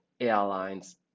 airlines